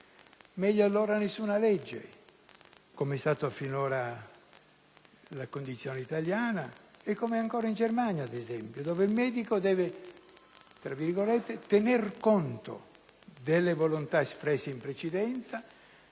Meglio allora nessuna legge, come è stata finora la condizione italiana e com'è ancora in Germania, ad esempio, dove il medico deve "tener conto" delle volontà espresse in precedenza